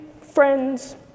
friends